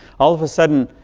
all of a sudden,